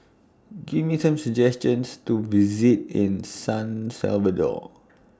Give Me Some suggestions to visit in San Salvador